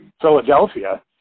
philadelphia